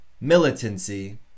militancy